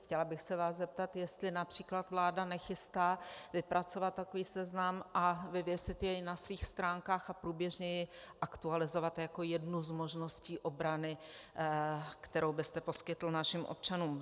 Chtěla bych se vás zeptat, jestli například vláda nechystá vypracovat takový seznam a vyvěsit jej na svých stránkách a průběžně jej aktualizovat jako jednu z možností obrany, kterou byste poskytl našim občanům.